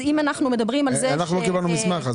אנחנו לא קיבלנו מסמך.